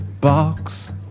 Box